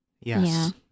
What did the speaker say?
Yes